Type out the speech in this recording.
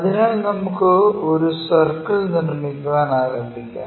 അതിനാൽ നമുക്ക് ഒരു സർക്കിൾ നിർമ്മിക്കാൻ ആരംഭിക്കാം